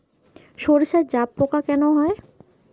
সর্ষায় জাবপোকা কেন হয়?